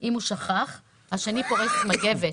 ולא פרס מגבת, השני פורס מגבת